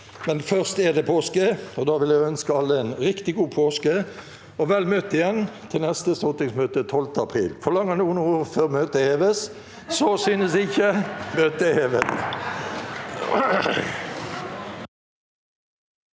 men først er det påske. Da vil jeg ønske alle en riktig god påske, og vel møtt igjen til neste stortingsmøte 12. april. Forlanger noen ordet før møtet heves? – Så synes ikke, og møtet er hevet.